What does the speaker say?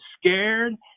scared